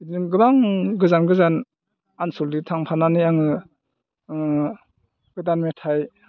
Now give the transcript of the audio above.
बिदिनो गोबां गोजान गोजान आनसलिक थांफानानै आङो गोदान मेथाइ